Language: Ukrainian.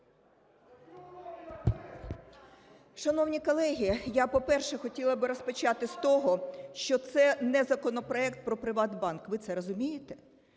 Шановні колеги, я, по-перше, хотіла би розпочати з того, що це не законопроект про "ПриватБанк", ви це розумієте?